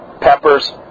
peppers